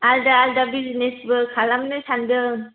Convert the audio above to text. आलादा आलादा बिजनेस बो खालामनो सानदों